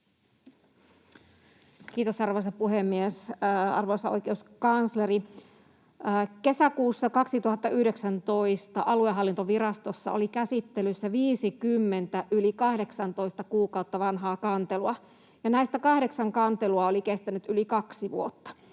Kiitos, arvoisa puhemies! Arvoisa oikeuskansleri! Kesäkuussa 2019 aluehallintovirastossa oli käsittelyssä viisikymmentä yli 18 kuukautta vanhaa kantelua, ja näistä kahdeksan kantelua oli kestänyt yli kaksi vuotta.